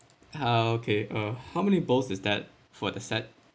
ah okay uh how many bowls is that for the set